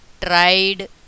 tried